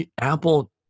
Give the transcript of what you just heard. Apple